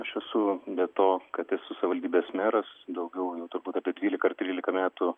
aš esu be to kad esu savivaldybės meras daugiau jau turbūt apie dvylika ar trylika metų